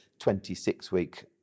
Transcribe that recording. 26-week